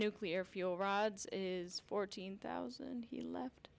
nuclear fuel rods is fourteen thousand left